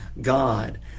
God